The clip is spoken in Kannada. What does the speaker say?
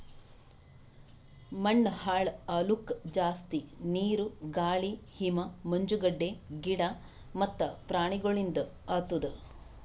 ಮಣ್ಣ ಹಾಳ್ ಆಲುಕ್ ಜಾಸ್ತಿ ನೀರು, ಗಾಳಿ, ಹಿಮ, ಮಂಜುಗಡ್ಡೆ, ಗಿಡ ಮತ್ತ ಪ್ರಾಣಿಗೊಳಿಂದ್ ಆತುದ್